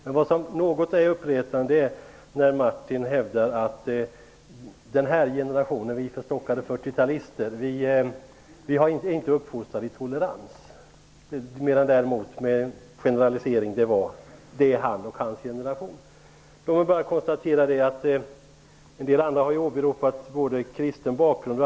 Det som är något uppretande är att Martin Nilsson hävdar att den generation som består av oss förstockade fyrtiotalister inte är uppfostrad i tolerans, medan däremot Martin Nilsson och hans generation är det -- med viss generalisering. En del andra har här åberopat bl.a. kristen bakgrund.